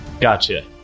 Gotcha